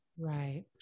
Right